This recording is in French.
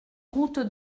route